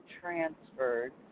transferred